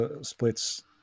splits